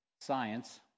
science